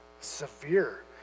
severe